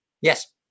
Yes